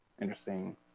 interesting